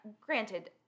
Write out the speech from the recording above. granted